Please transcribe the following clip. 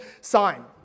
sign